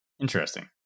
Interesting